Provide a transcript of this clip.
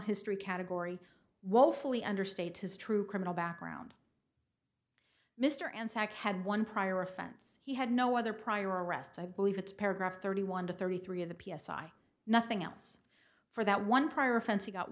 history category woefully under state his true criminal background mr anzac had one prior offense he had no other prior arrests i believe it's paragraph thirty one to thirty three of the p s i i nothing else for that one prior offense you got